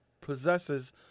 possesses